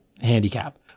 handicap